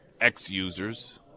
ex-users